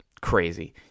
crazy